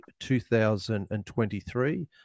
2023